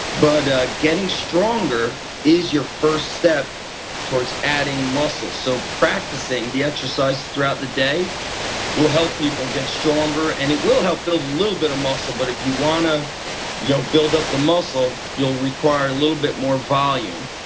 but getting stronger is your first step towards adding muscle. so practicing the exercises throughout the day will help people get stronger and it will help build a little bit of muscle. but if you want ah to build up the muscle you'll require a little bit more volume.